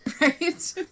right